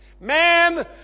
Man